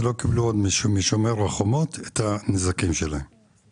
שעדיין לא קיבלו פיצוי על הנזקים שלהם משומר החומות.